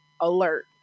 alert